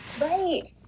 Right